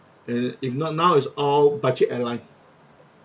uh if not now is all budget airline